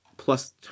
plus